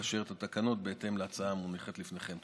לאשר את התקנות בהתאם להצעה המונחת לפניכם.